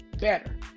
better